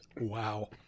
Wow